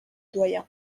doyen